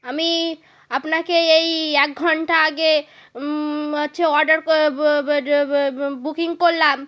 আমি আপনাকে এই এই এক ঘন্টা আগে হচ্ছে অর্ডার কো বো বডে বো বো বুকিং করলাম